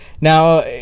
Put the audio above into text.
now